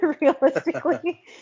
realistically